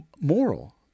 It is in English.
moral